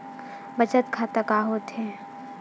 बचत खाता का होथे?